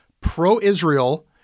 pro-Israel